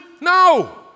No